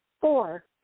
four